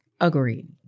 Agreed